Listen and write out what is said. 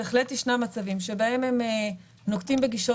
בהחלט ישנם מצבים שבהם הם נוקטים בגישות